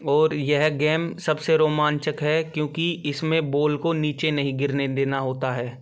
और यह गेम सबसे रोमांचक है क्योंकि इसमें बोल को नीचे नहीं गिरने देना होता है